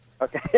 okay